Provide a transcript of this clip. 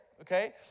Okay